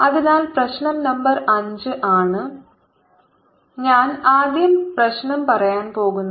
അതിനാൽ പ്രശ്നം നമ്പർ 5 ആണ് ഞാൻ ആദ്യം പ്രശ്നം പറയാൻ പോകുന്നത്